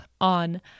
on